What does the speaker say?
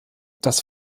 das